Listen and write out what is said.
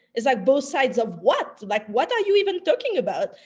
it's like both sides of what? like what are you even talking about?